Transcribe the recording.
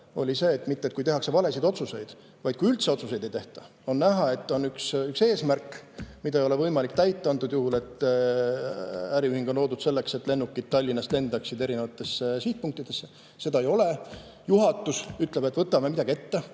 [ei olnud] mitte see, kui tehakse valesid otsuseid, vaid kui üldse otsuseid ei tehta. On näha, et on üks eesmärk, mida ei ole võimalik täita antud juhul. Äriühing on loodud selleks, et lennukid Tallinnast lendaksid erinevatesse sihtpunktidesse. Seda ei ole. Juhatus ütleb, et võtame midagi ette,